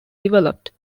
developed